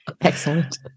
Excellent